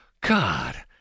God